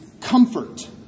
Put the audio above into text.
comfort